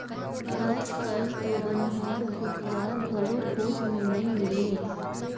आयज कायल तो बनिहार, भूथियार घलो खोज मे नइ मिलें